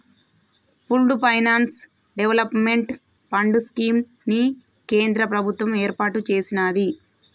pooled finance development fund scheme ని కేంద్ర ప్రభుత్వం ఏర్పాటు చేసినాది